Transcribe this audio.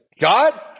God